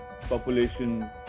population